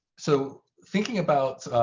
so thinking about